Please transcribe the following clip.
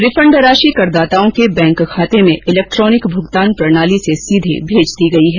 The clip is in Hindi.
रिफंड राशि करदाताओं के बैंक खाते में इलेक्ट्रॉनिक भुगतान प्रणाली से सीधे भेज दी गई है